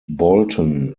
bolton